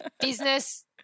business